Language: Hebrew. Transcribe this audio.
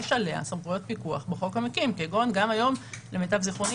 יש עליה סמכויות פיקוח בחוק המקים כגון גם היום למיטב זיכרוני